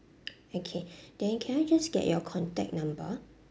okay then can I just get your contact number